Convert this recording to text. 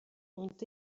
ont